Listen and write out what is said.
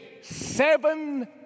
seven